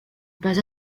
pas